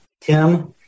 Tim